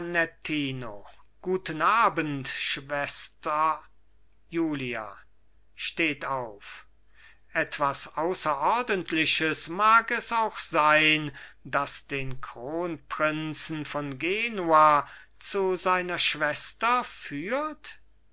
gianettino guten abend schwester julia steht auf etwas außerordentliches mag es auch sein das den kronprinzen von genua zu seiner schwester führt